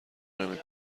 نمی